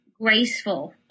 graceful